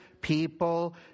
people